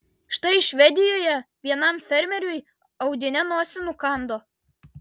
štai švedijoje vienam fermeriui audinė nosį nukando